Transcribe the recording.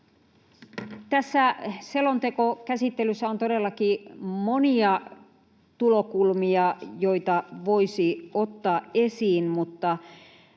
Tässä selontekokäsittelyssä on todellakin monia tulokulmia, joita voisi ottaa esiin, mutta